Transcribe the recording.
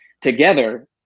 together